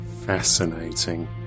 fascinating